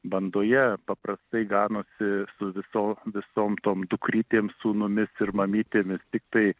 bandoje paprastai ganosi su viso visom tom dukrytėm sūnumis ir mamytėmis tiktai